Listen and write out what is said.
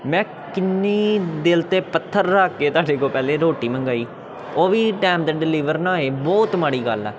ਮੈਂ ਕਿੰਨੀ ਦਿਲ 'ਤੇ ਪੱਥਰ ਰੱਖ ਕੇ ਤੁਹਾਡੇ ਕੋਲ ਪਹਿਲਾਂ ਰੋਟੀ ਮੰਗਾਈ ਉਹ ਵੀ ਟਾਈਮ 'ਤੇ ਡਿਲੀਵਰ ਨਾ ਹੋਈ ਬਹੁਤ ਮਾੜੀ ਗੱਲ ਆ